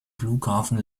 flughafen